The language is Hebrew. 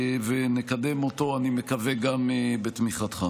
ונקדם אותו, אני מקווה גם בתמיכתך.